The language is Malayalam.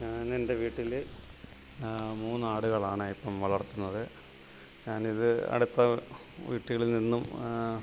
ഇന്ന് എൻ്റെ വീട്ടിൽ മൂന്ന് ആടുകളാണ് ഇപ്പം വളർത്തുന്നത് ഞാനിത് അടുത്ത വീടുകളിൽ നിന്നും